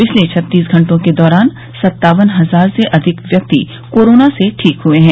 पिछले छत्तीस घंटों के दौरान सत्तावन हजार से अधिक व्यक्ति कोरोना से ठीक हुए हैं